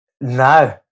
No